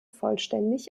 vollständig